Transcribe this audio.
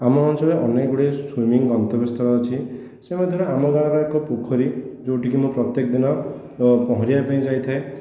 ଆମ ଅଞ୍ଚଳରେ ଅନେକ ଗୁଡ଼ିଏ ସୁଇମିଂ ଗନ୍ତବ୍ୟ ସ୍ଥଳ ଅଛି ସେ ମଧ୍ୟରେ ଆମ ଗାଁରେ ଏକ ପୋଖରୀ ଯେଉଁଠିକି ମୁଁ ପ୍ରତ୍ୟେକ ଦିନ ପହଁରିବା ପାଇଁ ଯାଇଥାଏ